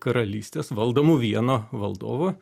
karalystės valdomu vieno valdovu